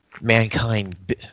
mankind